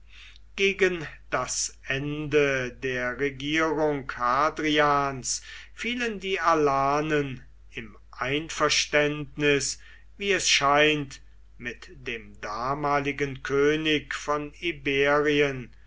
gegen das ende der regierung hadrians fielen die alanen im einverständnis wie es scheint mit dem damaligen könig von